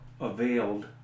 availed